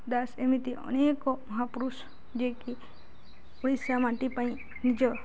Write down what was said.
ଦାସ ଏମିତି ଅନେକ ମହାପୁରୁଷ ଯିଏକି ଓଡ଼ିଶା ମାଟି ପାଇଁ ନିଜ